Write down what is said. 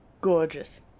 Gorgeous